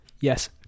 yes